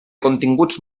continguts